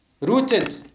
Rooted